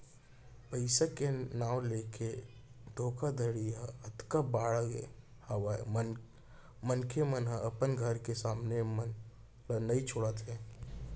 पइसा के नांव लेके धोखाघड़ी ह अतका बड़गे हावय मनसे मन ह अपन घर के मनसे मन ल नइ छोड़त हे